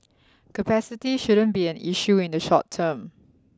capacity shouldn't be an issue in the short term